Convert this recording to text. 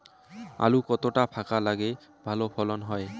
আলু কতটা ফাঁকা লাগে ভালো ফলন হয়?